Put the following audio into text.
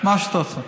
מה שאתה רוצה.